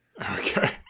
Okay